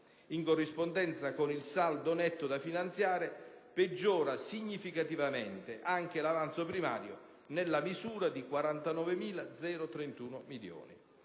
In corrispondenza con il saldo netto da finanziare, peggiora significativamente anche l'avanzo primario, nella misura di 49.031 milioni.